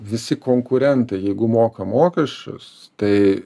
visi konkurentai jeigu moka mokesčius tai